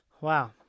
Wow